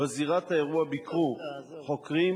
בזירת האירוע ביקרו חוקרים,